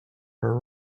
her